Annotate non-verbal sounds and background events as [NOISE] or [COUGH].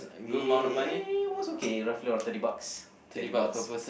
[NOISE] was okay roughly was thirty bucks thirty bucks